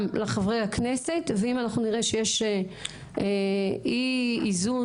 גם לחברי הכנסת ואם אנחנו נראה שיש אי איזון,